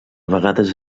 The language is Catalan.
vegades